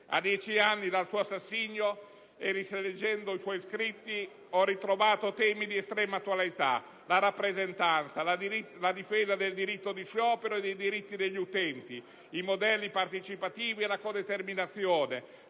A dieci anni dal suo assassinio e rileggendo i suoi scritti, ho ritrovato temi di estrema attualità: la rappresentanza, la difesa del diritto di sciopero e dei diritti degli utenti dei servizi pubblici, la codeterminazione